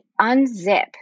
unzip